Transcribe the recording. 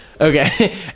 Okay